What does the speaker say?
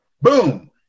Boom